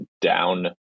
down